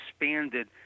expanded